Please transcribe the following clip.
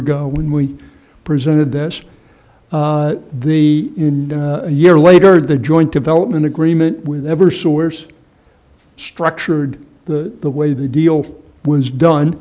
ago when we presented this the in a year later the joint development agreement with never source structured the way the deal was done